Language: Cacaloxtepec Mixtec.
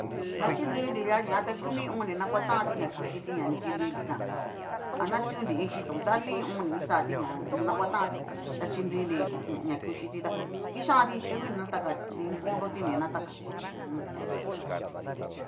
Ña xhiruinri lia ña ata nion ni nanguatanti ña kuxhiti ña ni chinruinrijan, ana tunri iin xhitón nion ni kixati ña ho o on. nanguatanti ta chinruiri ho o on. ña kuxhiti ta kixhantí ta ku ni nataka tu iin konroti ni nataka u jum.